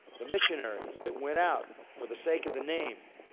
the missionaries that went out for the sake of the name,